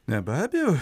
ne be abejo